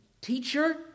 teacher